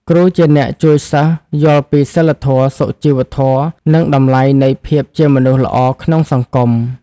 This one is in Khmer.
គ្រូជាអ្នកជួយសិស្សយល់ពីសីលធម៌ សុជីវធម៌ និងតម្លៃនៃភាពជាមនុស្សល្អក្នុងសង្គម។